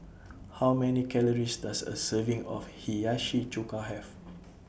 How Many Calories Does A Serving of Hiyashi Chuka Have